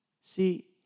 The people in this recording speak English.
See